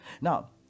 now